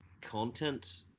content